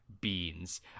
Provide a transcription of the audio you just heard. beans